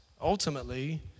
ultimately